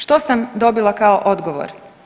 Što sam dobila kao odgovor?